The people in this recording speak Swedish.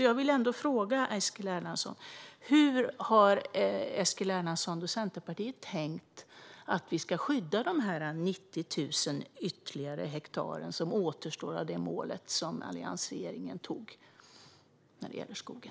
Jag vill fråga Eskil Erlandsson: Hur har Eskil Erlandsson och Centerpartiet tänkt att vi ska skydda de 90 000 ytterligare hektar som återstår av det mål som alliansregeringen ställde upp när det gäller skogen?